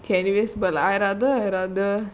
K any ways but I rather I rather